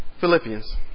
Philippians